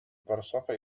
warszawa